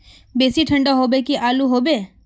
बेसी ठंडा होबे की आलू होबे